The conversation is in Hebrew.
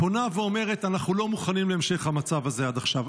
פונה ואומרת: אנחנו לא מוכנים להמשך המצב הזה עד עכשיו,